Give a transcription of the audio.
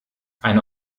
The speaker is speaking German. eine